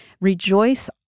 rejoice